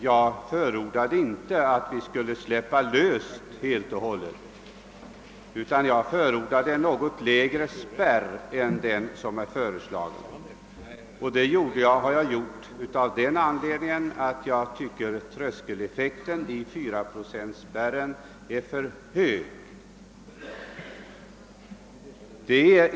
Jag förordade inte att vi skulle helt och hållet slopa spärren för småpartier, utan jag önskade att spärren skulle ha satts något lägre än som föreslagits. Jag anser nämligen att tröskeleffekten vid 4-procentregeln är för hög.